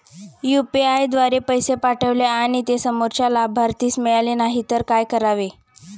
UPI द्वारे पैसे पाठवले आणि ते समोरच्या लाभार्थीस मिळाले नाही तर काय करावे?